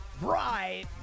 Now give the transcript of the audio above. right